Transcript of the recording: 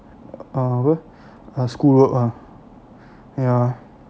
ah apa our school work ah ya